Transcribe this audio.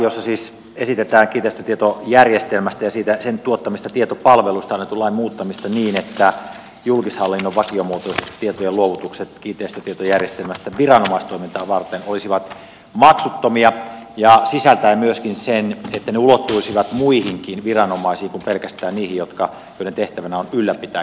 tässä siis esitetään kiinteistötietojärjestelmästä ja sen tuottamista tietopalveluista annetun lain muuttamista niin että julkishallinnon vakiomuotoiset tietojen luovutukset kiinteistötietojärjestelmästä viranomaistoimintaa varten olisivat maksuttomia sisältäen myöskin sen että ne ulottuisivat muihinkin viranomaisiin kuin pelkästään niihin joiden tehtävänä on ylläpitää kiinteistötietojärjestelmää